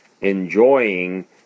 enjoying